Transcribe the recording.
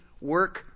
work